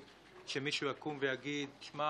כולם,